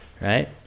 right